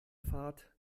fahrt